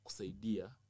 idea